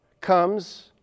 comes